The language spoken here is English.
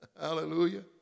Hallelujah